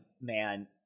man